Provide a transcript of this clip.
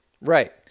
Right